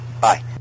Bye